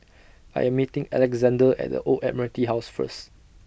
I Am meeting Alexzander At The Old Admiralty House First